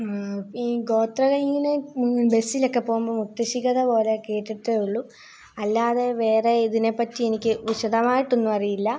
ഈ ഗോത്ര ഇങ്ങനെ ബസ്സിലൊക്കെ പോകുമ്പോള് മുത്തശ്ശിക്കഥ പോലെ കേട്ടിട്ടേ ഉള്ളു അല്ലാതെ വേറെ ഇതിനെപ്പറ്റി എനിക്ക് വിശദമായിട്ട് ഒന്നും അറിയില്ല